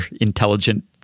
intelligent